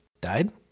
Died